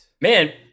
Man